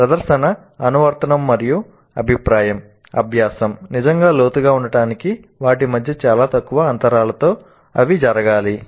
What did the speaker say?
ప్రదర్శన అనువర్తనం మరియు అభిప్రాయం అభ్యాసం నిజంగా లోతుగా ఉండటానికి వాటి మధ్య చాలా తక్కువ అంతరాలతో అవి జరగాలి